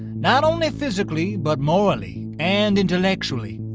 not only physically but morally and intellectually.